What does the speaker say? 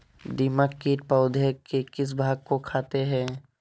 दीमक किट पौधे के किस भाग को खाते हैं?